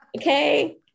okay